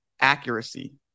accuracy